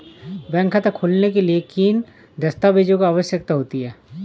Bank खाता खोलने के लिए किन दस्तावेजों की आवश्यकता होती है?